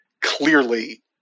clearly